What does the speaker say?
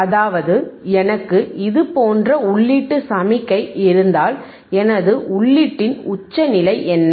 அதாவது எனக்கு இது போன்ற உள்ளீட்டு சமிக்ஞை இருந்தால் எனது உள்ளீட்டின் உச்சநிலை என்ன